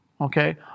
Okay